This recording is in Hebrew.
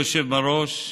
אדוני היושב-ראש,